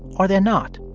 or they're not.